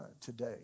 today